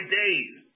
days